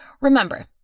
remember